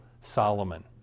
Solomon